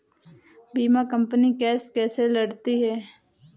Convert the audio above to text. बीमा company case कैसे लड़ती है?